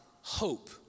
hope